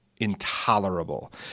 Intolerable